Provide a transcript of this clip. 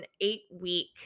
eight-week